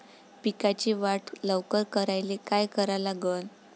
पिकाची वाढ लवकर करायले काय करा लागन?